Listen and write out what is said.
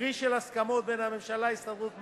פרי של הסכמות בין הממשלה, ההסתדרות והמעסיקים.